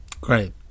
Great